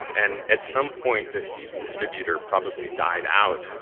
and at some point, the seed distributor probably died out,